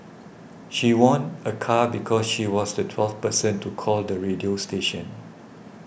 she won a car because she was the twelfth person to call the radio station